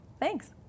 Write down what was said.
Thanks